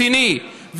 ההתרעה נגד כנופיות.